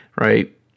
right